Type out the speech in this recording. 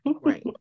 Right